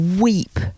weep